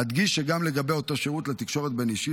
אדגיש שגם לגבי אותו שירות לתקשורת בין-אישית,